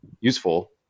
useful